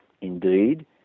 Indeed